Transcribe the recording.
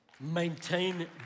Maintain